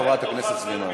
אחריו, חברת הכנסת סלימאן.